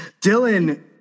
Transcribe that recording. Dylan